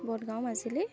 Bongaon Majuli